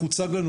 כך הוצג לנו,